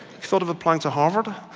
thought of applying to harvard?